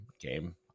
game